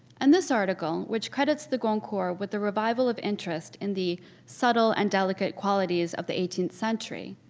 and this article, which credits the goncourt with the revival of interest in the subtle and delicate qualities of the eighteenth century,